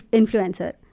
influencer